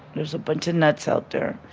there's a bunch of nuts out there.